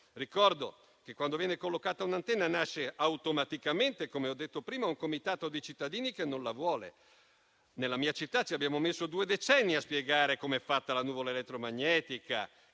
prima, quando viene collocata un'antenna nasce automaticamente un comitato di cittadini che non la vuole. Nella mia città ci abbiamo messo due decenni a spiegare com'è fatta la nuvola elettromagnetica,